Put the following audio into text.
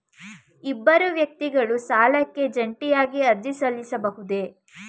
ಇಬ್ಬರು ವ್ಯಕ್ತಿಗಳು ಸಾಲಕ್ಕಾಗಿ ಜಂಟಿಯಾಗಿ ಅರ್ಜಿ ಸಲ್ಲಿಸಬಹುದೇ?